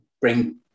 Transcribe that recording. bring